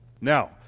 Now